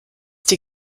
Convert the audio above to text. die